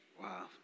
Wow